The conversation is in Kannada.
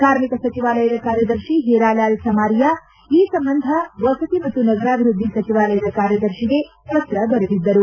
ಕಾರ್ಮಿಕ ಸಚಿವಾಲಯದ ಕಾರ್ಯದರ್ಶಿ ಹೀರಾಲಾಲ್ ಸಮಾರಿಯಾ ಈ ಸಂಬಂಧ ವಸತಿ ಮತ್ತು ನಗರಾಭಿವೃದ್ಧಿ ಸಚಿವಾಲಯದ ಕಾರ್ಯದರ್ಶಿಗೆ ಪತ್ರ ಬರೆದಿದ್ದರು